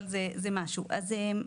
אבל זה בכל זאת משהו.